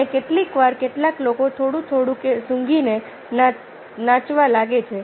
અને કેટલીકવાર કેટલાક લોકો થોડું થોડું કે સૂંઘીને નાચવા લાગે છે